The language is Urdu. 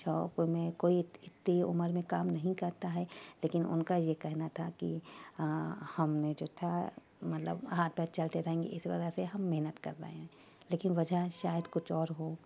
شوق میں کوئی اتی عمر میں کام نہیں کرتا ہے لیکن ان کا یہ کہنا تھا کہ ہم نے جو تھا مطلب ہاتھ پیر چلتے رہیں گے اس وجہ سے ہم محنت کر رہے ہیں لیکن وجہ شاید کچھ اور ہو